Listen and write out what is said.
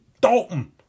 Dalton